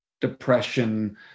depression